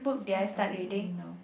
what are you reading now